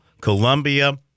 Columbia